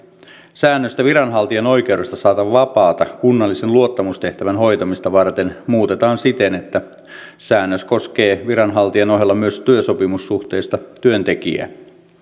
säännöstä viranhaltijan oikeudesta saada vapaata kunnallisen luottamustehtävän hoitamista varten muutetaan siten että säännös koskee viranhaltijan ohella myös työsopimussuhteista työntekijää